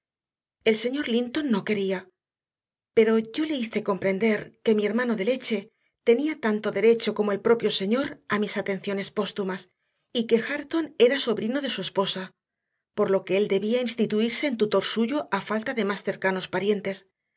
el señor linton no quería pero yo le hice comprender que mi hermano de leche tenía tanto derecho como el propio señor a mis atenciones póstumas y que hareton era sobrino de su esposa por lo que él debía instituirse en tutor suyo a falta de más cercanos parientes